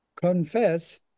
confess